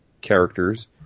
characters